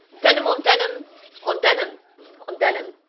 denim on denim on denim on denim.